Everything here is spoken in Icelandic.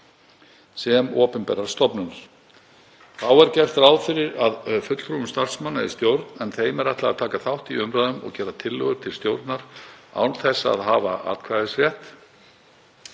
sem opinberrar stofnunar. Þá er gert ráð fyrir fulltrúum starfsmanna í stjórn en þeim er ætlað að taka þátt í umræðum og gera tillögur til stjórnar án þess að hafa atkvæðisrétt.